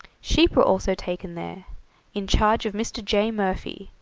sheep were also taken there in charge of mr. j. murphy,